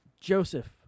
Joseph